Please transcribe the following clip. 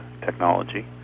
technology